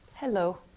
Hello